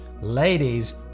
Ladies